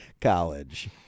College